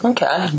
Okay